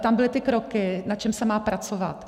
Tam byly ty kroky, na čem se má pracovat.